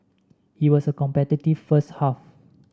it was a competitive first half